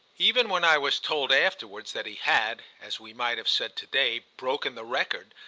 even when i was told afterwards that he had, as we might have said to-day, broken the record,